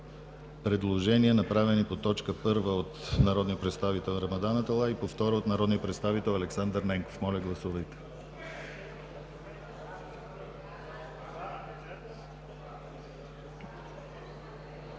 предложения, направени по точка първа от народния представител Рамадан Аталай, по втора точка – от народния представител Александър Ненков. Моля, гласувайте.